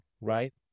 right